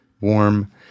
warm